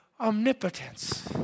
Omnipotence